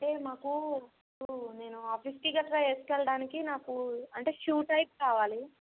అంటే మాకు నేను ఆఫీస్కి గట్రా వేసుకు వెళ్ళడానికి నాకు అంటే షూ టైప్ కావాలి